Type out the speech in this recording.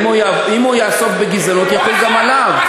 אם הוא יעסוק בגזענות, יחול גם עליו.